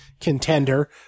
contender